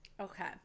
okay